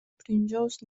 ბრინჯაოს